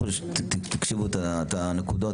פה אלפי פריטים והכול סונכרן.